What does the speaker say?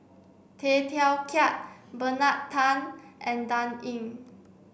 Tay Teow Kiat Bernard Tan and Dan Ying